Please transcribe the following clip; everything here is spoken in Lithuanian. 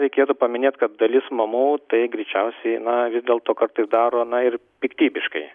reikėtų paminėt kad dalis mamų tai greičiausiai na vis dėlto kartais daro na ir piktybiškai